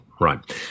Right